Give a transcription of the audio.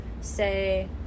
say